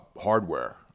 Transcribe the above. Hardware